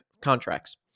contracts